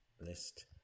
list